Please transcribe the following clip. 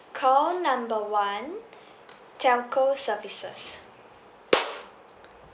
call number one telco services